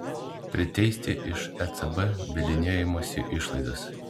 priteisti iš ecb bylinėjimosi išlaidas